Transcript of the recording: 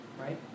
right